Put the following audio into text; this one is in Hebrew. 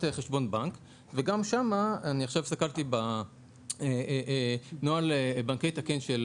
חשבון בנק וגם שם עכשיו הסתכלתי בנוהל בנקאי תקין של